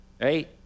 Right